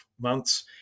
months